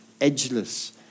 edgeless